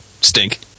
Stink